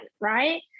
right